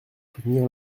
soutenir